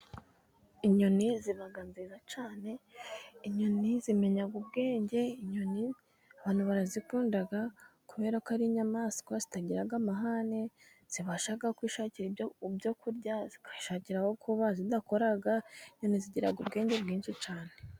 Inyoni ziba nziza cyane, inyoni zimenya ubwenge, inyoni abantu barazikunda kubera ko ari inyamaswa zitagira amahane, zibasha kwishakira ibyo kurya, zikishakira aho kuba zidakora, inyoni zigira ubwenge bwinshi cyane.